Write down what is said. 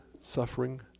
suffering